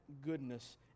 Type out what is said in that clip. goodness